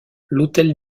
l’hôtel